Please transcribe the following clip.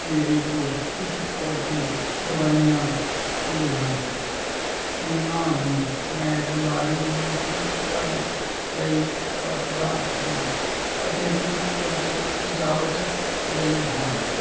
ਮੇਰੇ ਕੋਲ ਕੁਝ ਪੌਦੇ ਦਵਾਈਆਂ ਦੇ ਹਨ ਉਹਨਾਂ ਨੂੰ ਮੈਂ ਬਿਮਾਰੀ ਨੂੰ ਠੀਕ ਕਰਨ ਲਈ ਵਰਤਦਾ ਹਾਂ ਅਤੇ ਕੁਝ ਪੌਦੇ ਸਜਾਵਟ ਲਈ ਹਨ